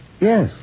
Yes